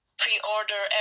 pre-order